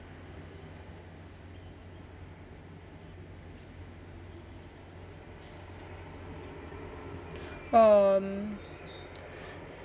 um